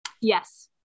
Yes